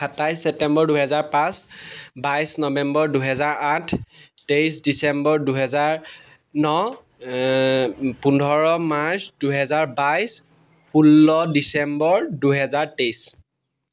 সাতাইছ ছেপ্তেম্বৰ দুহেজাৰ পাঁচ বাইছ নৱেম্বৰ দুহেজাৰ আঠ তেইছ ডিচেম্বৰ দুহেজাৰ ন পোন্ধৰ মাৰ্চ দুহেজাৰ বাইছ ষোল্ল ডিচেম্বৰ দুহেজাৰ তেইছ